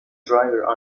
driver